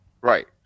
Right